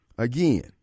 Again